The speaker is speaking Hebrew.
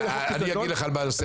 אני אגיד לך מה נושא הדיון.